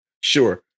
Sure